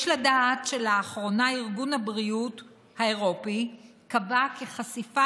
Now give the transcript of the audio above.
יש לדעת שארגון הבריאות האירופי קבע לאחרונה כי חשיפה